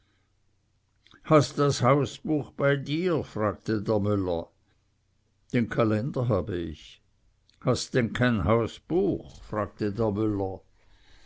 hast das hausbuch bei dir fragte der müller den kalender habe ich sagte uli hast denn kein hausbuch fragte